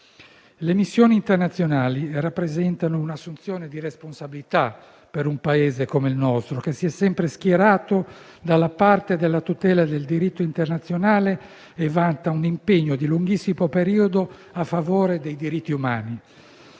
Le missioni internazionali rappresentano un'assunzione di responsabilità per un Paese come il nostro, che si è sempre schierato dalla parte della tutela del diritto internazionale e vanta un impegno di lunghissimo periodo a favore dei diritti umani,